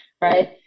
right